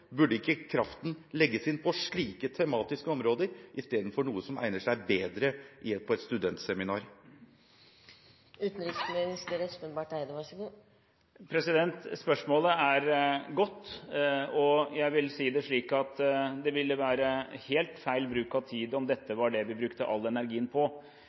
Burde ikke kraften legges inn på slike tematiske områder istedenfor på noe som egner seg bedre på et studentseminar? Spørsmålet er godt. Jeg vil si det slik at det ville være helt feil bruk av tid om dette var det vi brukte all energien på.